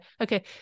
okay